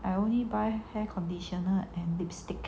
I only buy hair conditioner and lipstick